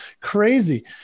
crazy